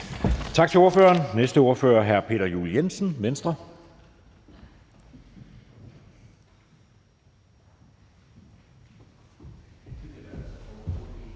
Tak til ordføreren. Næste ordfører er hr. Peter Juel-Jensen, Venstre.